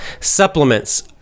Supplements